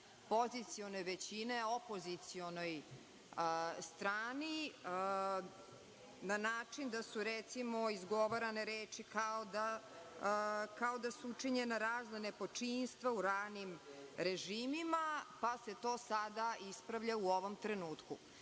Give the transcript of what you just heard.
pozicione većine opozicionoj strani, na način da su, recimo, izgovarane reči kao da su učinjena razna nepočinstva u ranim režimima, pa se to sada ispravlja u ovom